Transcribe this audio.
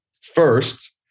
first